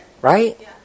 Right